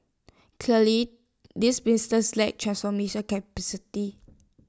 these businesses lack transformation capacity